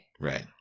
Right